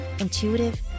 intuitive